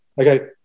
okay